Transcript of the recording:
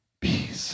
Peace